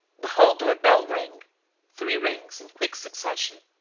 the hall-door bell rang three rings in quick succession,